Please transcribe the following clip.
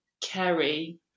Kerry